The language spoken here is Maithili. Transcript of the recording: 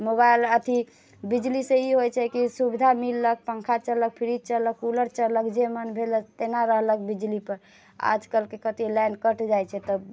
मोबाइल अथि बिजलीसँ ई होइत छै कि सुविधा मिललक पंखा चललक फ्रीज चललक कूलर चललक जे मन भेलक तेना रहलक बिजलीपर आज कलके कतेक लाइन कटि जाइत छै तऽ